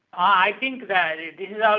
i think that it is